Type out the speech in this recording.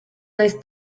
naiz